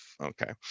Okay